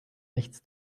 nichts